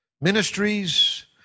ministries